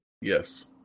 Yes